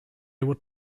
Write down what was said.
would